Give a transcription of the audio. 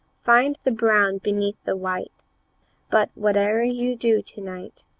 find the brown beneath the white but whate'er you do to-night,